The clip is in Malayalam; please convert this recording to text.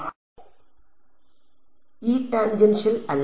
E ടാൻജൻഷ്യൽ അല്ലേ